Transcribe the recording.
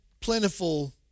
plentiful